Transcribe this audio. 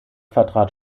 vertrat